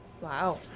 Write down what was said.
Wow